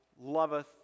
loveth